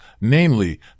namely